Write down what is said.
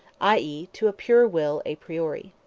i e, to a pure will a priori.